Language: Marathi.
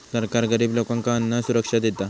सरकार गरिब लोकांका अन्नसुरक्षा देता